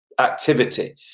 activity